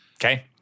Okay